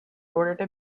order